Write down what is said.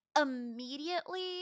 Immediately